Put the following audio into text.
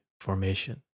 formation